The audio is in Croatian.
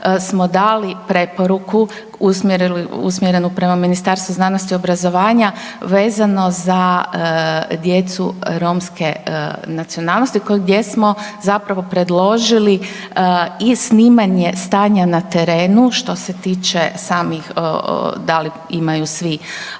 smo dali preporuku usmjerenu prema Ministarstvu znanosti i obrazovanja vezano za djecu romske nacionalnosti gdje smo zapravo predložili i snimanje stanja na terenu što se tiče samih da li imaju svi